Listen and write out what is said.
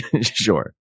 Sure